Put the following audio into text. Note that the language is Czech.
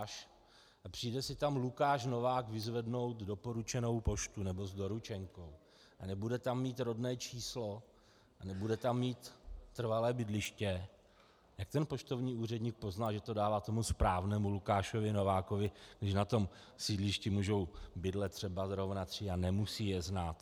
A přijde si tam Lukáš Novák vyzvednout doporučenou poštu nebo s doručenkou, nebude tam mít rodné číslo, nebude tam mít trvalé bydliště a jak ten poštovní úředník pozná, že to dává tomu správnému Lukášovi Novákovi, když na tom sídlišti můžou bydlet třeba zrovna tři a nemusí je znát?